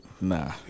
Nah